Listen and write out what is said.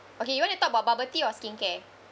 okay you want to talk about bubble tea or skincare